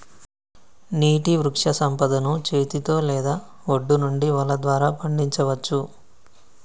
నీటి వృక్షసంపదను చేతితో లేదా ఒడ్డు నుండి వల ద్వారా పండించచ్చు